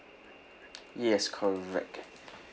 yes correct